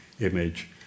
image